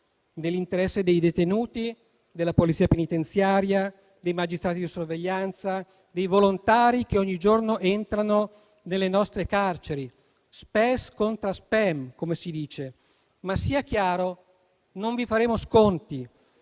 nell'interesse dei detenuti, della Polizia penitenziaria, dei magistrati di sorveglianza e dei volontari che ogni giorno entrano nelle nostre carceri. *Spes contra spem*, come si dice. Sia chiaro però che non vi faremo sconti,